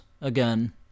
again